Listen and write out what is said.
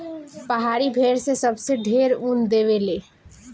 पहाड़ी भेड़ से सबसे ढेर ऊन देवे ले